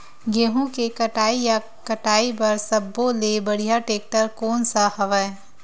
गेहूं के कटाई या कटाई बर सब्बो ले बढ़िया टेक्टर कोन सा हवय?